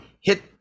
hit